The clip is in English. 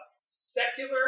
secular